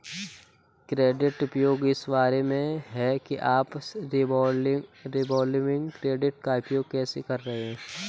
credit उपयोग इस बारे में है कि आप रिवॉल्विंग क्रेडिट का उपयोग कैसे कर रहे हैं